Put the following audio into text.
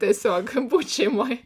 tiesiog būt šeimoj